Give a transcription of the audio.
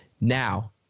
now